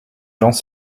gens